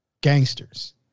gangsters